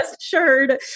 assured